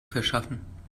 verschaffen